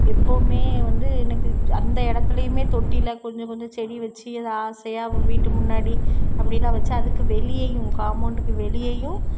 எப்போவும் வந்து எனக்கு அந்த இடத்துலேயுமே தொட்டியில் கொஞ்சம் கொஞ்சம் செடி வச்சி அதை ஆசையாக வீட்டு முன்னாடி அப்படிலாம் வச்சி அதுக்கு வெளியேயும் காமோண்டுக்கு வெளியேயும்